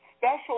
special